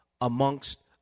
amongst